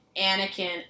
Anakin